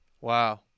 Wow